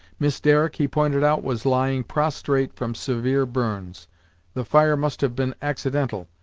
miss derrick, he pointed out, was lying prostrate from severe burns the fire must have been accidental,